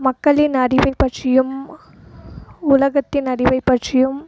மக்களின் அறிவை பற்றியும் உலகத்தின் அறிவை பற்றியும்